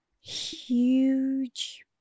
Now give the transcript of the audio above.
huge